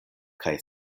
kaj